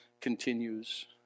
continues